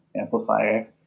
amplifier